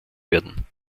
werden